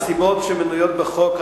הסיבות שמנויות בחוק,